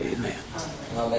Amen